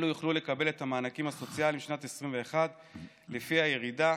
אלו יוכלו לקבל את המענקים הסוציאליים לשנת 2021 לפי הירידה,